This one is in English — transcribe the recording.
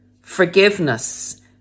forgiveness